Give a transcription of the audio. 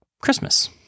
Christmas